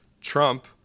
Trump